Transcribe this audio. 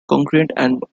congruent